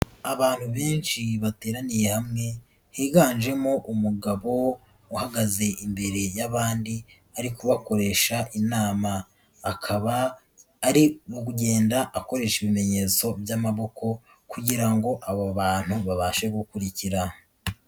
Abantu benshi bateraniye hamwe higanjemo umugabo uhagaze imbere y'abandi, ari kubakoresha inama. Akaba ari kugenda akoresha ibimenyetso by'amaboko kugira ngo abo bantu babashe gukurikira.